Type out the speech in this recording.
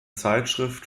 zeitschrift